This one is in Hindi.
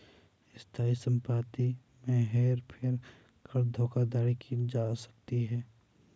स्थायी संपत्ति में हेर फेर कर धोखाधड़ी की जा सकती है